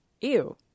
Ew